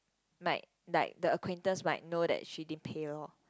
might like the acquaintance might know that she didn't pay loh